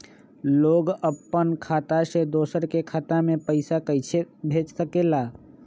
लोग अपन खाता से दोसर के खाता में पैसा कइसे भेज सकेला?